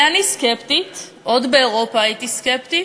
אני סקפטית, עוד באירופה הייתי סקפטית,